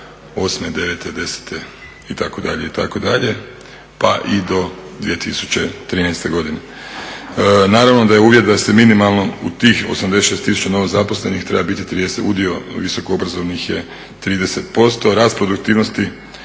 '09., '10., itd., itd. pa i do 2013. godine. Naravno da je uvjet da se minimalno u tih 86 tisuća novozaposlenih treba biti 30, udio visoko obrazovanih je 30%. Rast produktivnosti